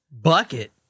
Bucket